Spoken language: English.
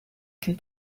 can